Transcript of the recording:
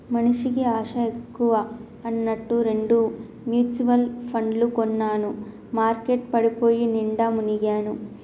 మనిషికి ఆశ ఎక్కువ అన్నట్టు రెండు మ్యుచువల్ పండ్లు కొన్నాను మార్కెట్ పడిపోయి నిండా మునిగాను